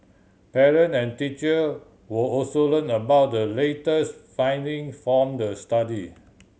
parent and teacher will also learn about the latest finding form the study